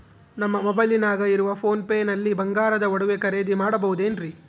ನಮ್ಮ ಮೊಬೈಲಿನಾಗ ಇರುವ ಪೋನ್ ಪೇ ನಲ್ಲಿ ಬಂಗಾರದ ಒಡವೆ ಖರೇದಿ ಮಾಡಬಹುದೇನ್ರಿ?